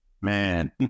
man